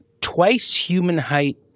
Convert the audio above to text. twice-human-height